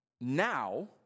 now